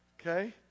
okay